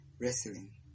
wrestling